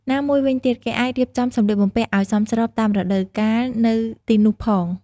ណាមួយវិញទៀត គេអាចរៀបចំសម្លៀកបំពាក់ឱ្យសមស្របតាមរដូវកាលនៅទីនោះផង។